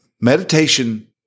meditation